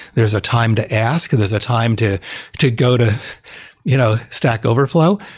there is a time to ask. there's a time to to go to you know stack overflow,